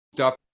up